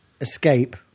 escape